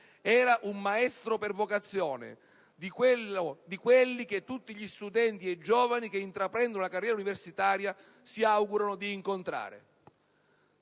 Era un maestro per vocazione, di quelli che tutti gli studenti ed i giovani che intraprendono la carriera universitaria si augurano di incontrare.